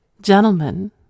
Gentlemen